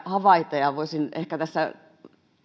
havaita ja ja voisin ehkä tässä